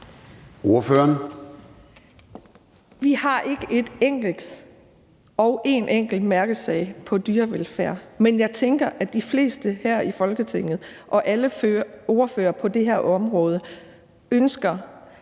Vi har ikke en enkelt og kun en enkelt mærkesag på dyrevelfærdsområdet, men jeg tænker, at de fleste her i Folketinget og alle ordførere på det her område ønsker,